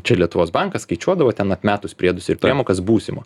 čia lietuvos bankas skaičiuodavo ten atmetus priedus ir priemokas būsimo